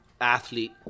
athlete